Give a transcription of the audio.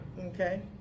okay